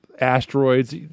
asteroids